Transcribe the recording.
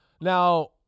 now